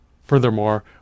Furthermore